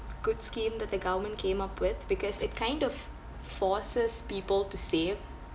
good scheme that the government came up with because it kind of f~ forces people to save